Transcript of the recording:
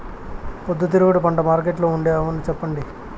పొద్దుతిరుగుడు పంటకు మార్కెట్లో ఉండే అవును చెప్పండి?